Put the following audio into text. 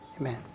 Amen